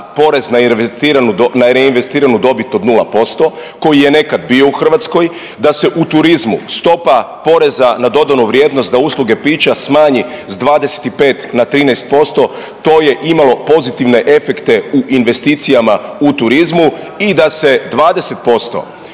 porez na reinvestiranu dobit od nula posto koji je nekad bio u Hrvatskoj, da se u turizmu stopa poreza na dodanu vrijednost, na usluge pića smanji sa 25 na 13% to je imalo pozitivne efekte u investicijama u turizmu i da se 20%